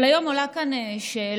אבל היום עולה כאן שאלה.